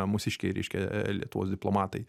mūsiškiai reiškia lietuvos diplomatai